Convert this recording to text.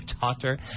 daughter